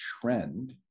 trend